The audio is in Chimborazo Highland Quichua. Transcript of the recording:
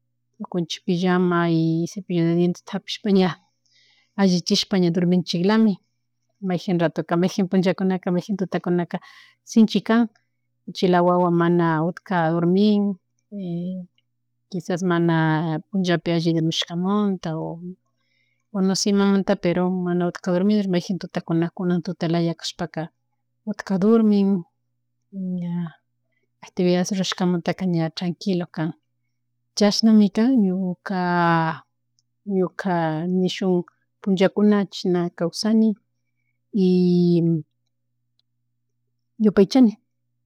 Ñukunchish pillama y sepillo de dientes ña allichishppa ña durminchiklami mayjin ratukuna, maijin pullakunaka mayjin tutakunaka shinchi kan uchila wawa mana utka durmin kishas mana punllapi mana alli durmushkamunta o nose imamanta pero mana utka durmidor mayjin tutakuna kuna tuta laya kashpaka utka durmin ña actividades rashkamanta ña tranquilo kan. Chasnami kan ñuka ñuka nishun punllakuna chishna kawsani y yupaychani.